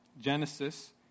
Genesis